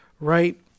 right